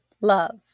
love